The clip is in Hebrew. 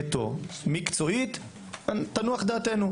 תנוח דעתנו.